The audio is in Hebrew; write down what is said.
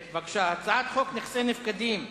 הצעת חוק נכסי נפקדים (תיקון,